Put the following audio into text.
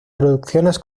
producciones